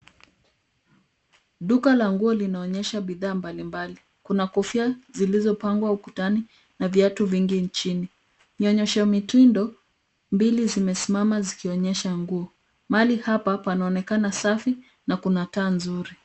Duka la nguo linaonyesha bidhaa mbalimbali. Kuna kofia zilizopangwa ukutani na viatu vingi chini. Vionyehsa mitindo mbili zimesimama zikionyesha nguo. Mahalihapa panaonekana safi na kuna taa nzuri.